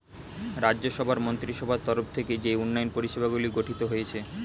রাজ্য সভার মন্ত্রীসভার তরফ থেকে যেই উন্নয়ন পরিষেবাগুলি গঠিত হয়েছে